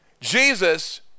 Jesus